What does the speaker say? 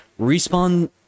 Respawn